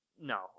no